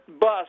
bus